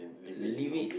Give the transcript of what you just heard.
leave it